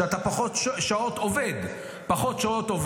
שאתה עובד פחות שעות.